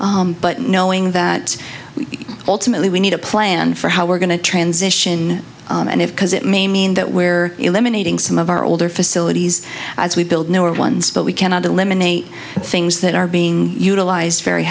but knowing that we ultimately we need a plan for how we're going to transition and if because it may mean that where eliminating some of our older facilities as we build new ones but we cannot eliminate things that are being utilized very